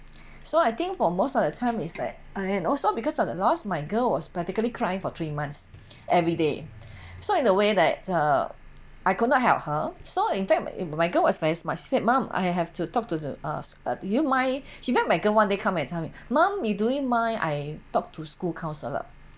so I think for most of the time is like and also because of the lost my girl was practically crying for three months every day so in a way that uh I could not help her so in fact my girl was very smart she say mum I have to talk to the uh do you mind she back my girl one day come and tell me mum do you mind I talked to school counsellor